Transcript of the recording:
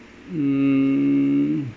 mm